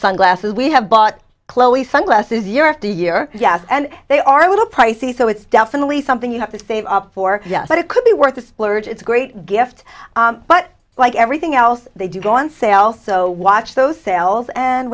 sunglasses we have bought chloe sunglasses year after year yes and they are a little pricey so it's definitely something you have to save for yes but it could be worth a splurge it's a great gift but like everything else they do go on sale so watch those sales and